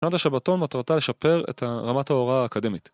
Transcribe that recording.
שנת השבתון מטרתה לשפר את רמת ההוראה האקדמית